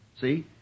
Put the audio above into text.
See